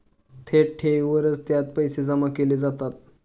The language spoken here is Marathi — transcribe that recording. थेट ठेवीनंतरच त्यात पैसे जमा केले जातात